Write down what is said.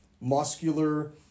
muscular